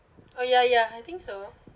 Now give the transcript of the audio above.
oh ya ya I think so